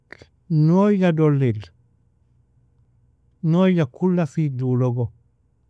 Noiga dolir, noiga kulla fijrulogo.